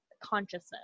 consciousness